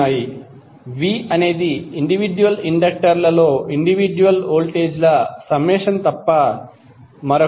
v అనేది individual inductor ల లో ఇండివిడ్యుయల్ వోల్టేజ్ ల సమ్మేషన్ తప్ప మరొకటి కాదు